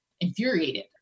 infuriated